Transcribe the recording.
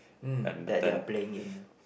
mm that they are playing in lor